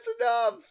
enough